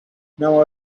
now